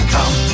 Come